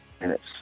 minutes